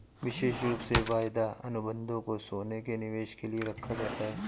विशेष रूप से वायदा अनुबन्धों को सोने के निवेश के लिये रखा जाता है